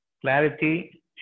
clarity